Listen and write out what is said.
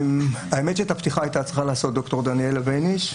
אנחנו מסייעים לאותם אנשים במיצוי זכויות,